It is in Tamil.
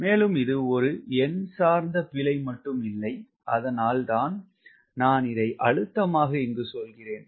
மேலும் இது ஒரு எண் சார்ந்த பிழை மட்டும் இல்லை அதனால் தான் நான் இதை அழுத்தமாக சொல்கிறேன்